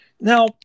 Now